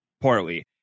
poorly